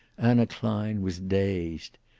anna klein was dazed.